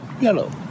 yellow